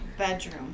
bedroom